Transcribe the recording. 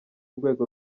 rwego